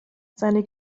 seine